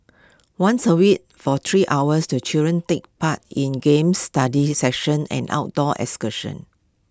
once A week for three hours the children take part in games study sessions and outdoor excursions